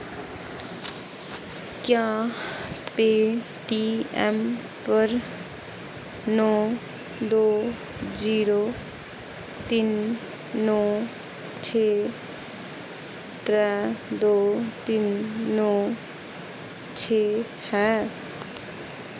क्या पेऽटीऐम्म पर नौ दो जीरो तिन नौ छे त्रै दो तिन नौ छे है